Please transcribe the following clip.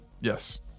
Yes